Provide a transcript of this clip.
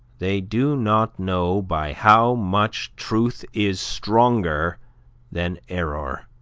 they do not know by how much truth is stronger than error,